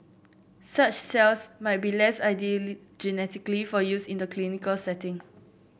such cells might be less ideal genetically for use in the clinical setting